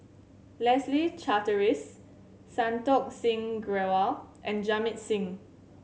Leslie Charteris Santokh Singh Grewal and Jamit Singh